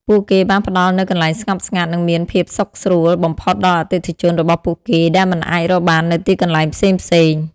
ពួកគេបានផ្តល់នូវកន្លែងស្ងប់ស្ងាត់ និងមានភាពសុខស្រួលបំផុតដល់អតិថិជនរបស់ពួកគេ ដែលមិនអាចរកបាននៅទីកន្លែងផ្សេងៗ។